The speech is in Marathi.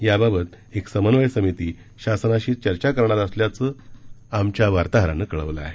याबाबत एक समन्वय समिती शासनाशी चर्चा करणार असल्याचं आमच्या वार्ताहरानं कळवलं आहे